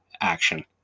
action